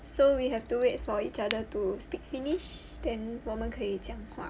so we have to wait for each other to speak finish then 我们可以讲话